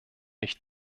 nicht